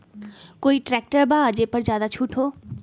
कोइ ट्रैक्टर बा जे पर ज्यादा छूट हो?